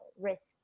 risk